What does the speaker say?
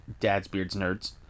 dadsbeardsnerds